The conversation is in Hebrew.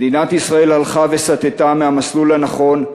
מדינת ישראל הלכה וסטתה מהמסלול הנכון,